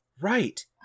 Right